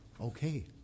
okay